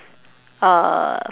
uh